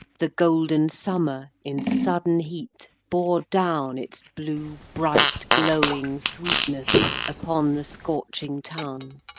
the golden summer in sudden heat bore down its blue, bright, glowing sweetness upon the scorching town.